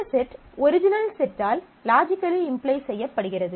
இந்த set original செட்டால் logically imply செய்யப்படுகிறது